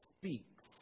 speaks